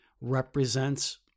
represents